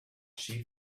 she